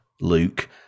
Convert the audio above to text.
luke